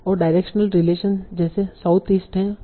और directional relation जैसे southeast है